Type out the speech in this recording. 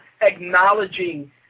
acknowledging